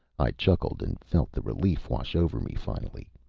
i chuckled, and felt the relief wash over me finally.